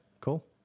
Cool